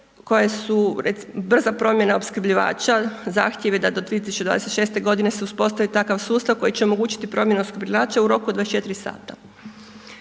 koje su brza promjena opskrbljivača, zahtjevi da do 2026.g. se uspostavi takav sustav koji će omogućiti promjenu opskrbljivača u roku od 24 sata.